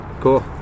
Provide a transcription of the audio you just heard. Cool